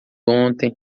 ontem